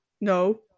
No